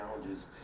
challenges